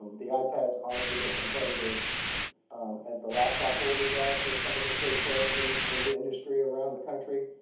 the ipads aren't and as competitive as the laptop orders are for some of the k twelve s in and the industry around the country,